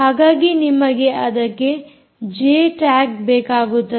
ಹಾಗಾಗಿ ನಿಮಗೆ ಅದಕ್ಕೆ ಜೆ ಟ್ಯಾಗ್ ಬೇಕಾಗುತ್ತದೆ